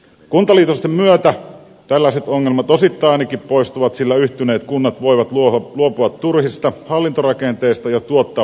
kuntaliitosten myötä tällaiset ongelmat osittain ainakin poistuvat sillä yhtyneet kunnat voivat luopua turhista hallintorakenteista ja tuottaa palvelut itse